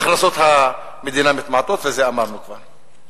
הכנסות המדינה מתמעטות ואת זה אמרנו כבר.